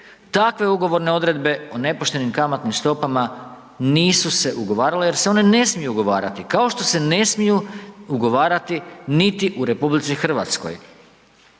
takve ugovorne odredbe o nepoštenim kamatnim stopama nisu se ugovarale jer se one ne smiju ugovarati, kao što se ne smiju ugovarati niti u RH.